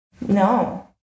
No